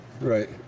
Right